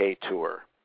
tour